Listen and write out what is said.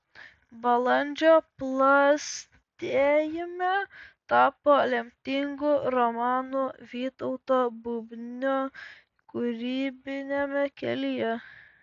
balandžio plastėjime tapo lemtingu romanu vytauto bubnio kūrybiniame kelyje